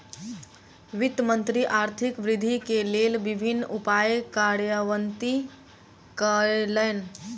वित्त मंत्री आर्थिक वृद्धि के लेल विभिन्न उपाय कार्यान्वित कयलैन